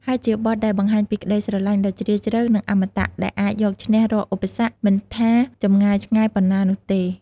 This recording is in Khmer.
ហើយជាបទដែលបង្ហាញពីក្តីស្រឡាញ់ដ៏ជ្រាលជ្រៅ និងអមតៈ ដែលអាចយកឈ្នះរាល់ឧបសគ្គ មិនថាចម្ងាយឆ្ងាយប៉ុណ្ណានោះទេ។